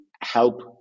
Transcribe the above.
help